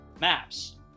maps